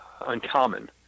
uncommon